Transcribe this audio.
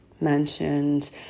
mentioned